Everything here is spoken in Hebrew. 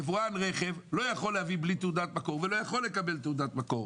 יבואן רכב לא יכול להביא רכב בלי תעודת מקור ולא יכול לקבל תעודת מקור,